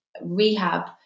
rehab